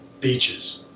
beaches –